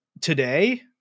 Today